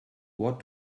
what